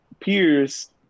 peers